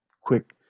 quick